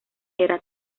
era